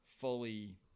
fully